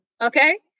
Okay